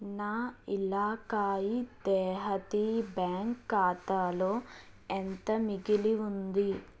నా ఇలాకాయి దెహాతీ బ్యాంక్ ఖాతాలో ఎంత మిగిలి ఉంది